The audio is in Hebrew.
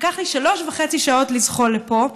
לקח לי שלוש שעות וחצי לזחול לפה.